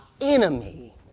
enemy